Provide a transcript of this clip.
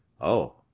Oh